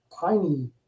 tiny